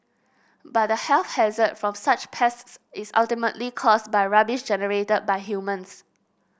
but the health hazard from such pests is ultimately caused by rubbish generated by humans